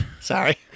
Sorry